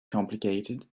complicated